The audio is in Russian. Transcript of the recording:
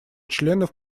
членов